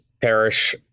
perish